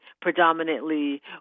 predominantly